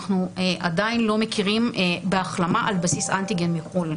אנחנו עדין לא מכירים בהחלמה על בסיס אנטיגן מחו"ל.